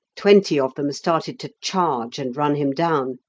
twenty of them started to charge and run him down.